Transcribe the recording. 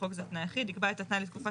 בחוק זה תנאי אחיד יקבע את התנאי לתקופה